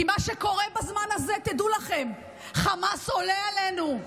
כי מה שקורה בזמן הזה, תדעו לכם, חמאס עולה עלינו,